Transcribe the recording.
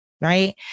right